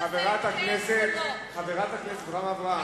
חברת הכנסת אברהם.